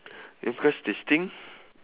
is because they stink